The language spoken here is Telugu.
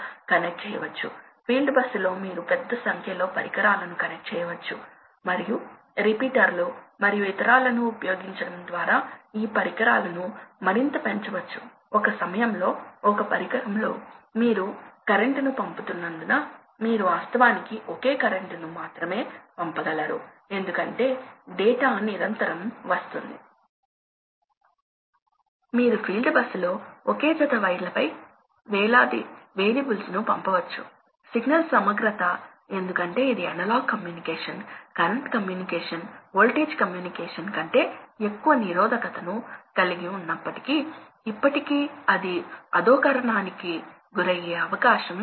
కాబట్టి మేము ఆపరేటింగ్ పాయింట్లను మార్చినట్లయితే ఏమి జరుగుతుందో ఇప్పుడు చూద్దాం కాబట్టి ఇది సంగ్రహించబడింది కాబట్టి ఇది ఇలా ఉంది ఎందుకంటే మనం ఒక ఉదాహరణ చూడబోతున్నాం కాబట్టి మా ఉదాహరణ 100 CFM అనుకుందాం CFM అంటే గాయిన్ ప్రాథమికంగా ఫ్లో నిమిషానికి క్యూబిక్ అడుగులు CFM అంటే Q కాబట్టి 100 ప్రవాహం 10 సమయం 80 ప్రవాహం 40 సమయం 60 ప్రవాహం 40 సమయం మరియు 40 ప్రవాహం 10 సమయం వరకు ఉంటుంది